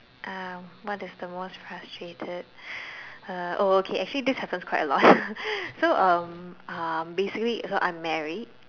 uh what is the most frustrated uh oh okay actually this happens quite a lot so um uh basically so I'm married